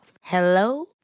Hello